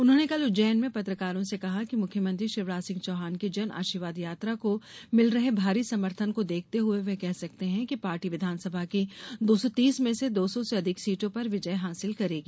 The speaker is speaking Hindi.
उन्होंने कल उज्जैन में पत्रकारों से कहा कि मुख्यमंत्री शिवराज सिंह चौहान की जन आशीर्वाद यात्रा को मिल रहे भारी समर्थन को देखते हुए वह कह सकते हैं कि पार्टी विधानसभा की दो सौ तीस में से दो सौ से अधिक सीटों पर विजय हासिल करेगी